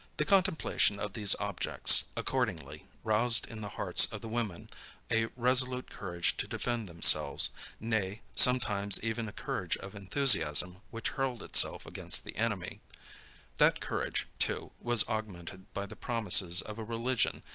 the contemplation of these objects, accordingly, roused in the hearts of the women a resolute courage to defend themselves nay, sometimes even a courage of enthusiasm, which hurled itself against the enemy that courage, too, was augmented, by the promises of a religion,